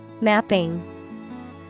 Mapping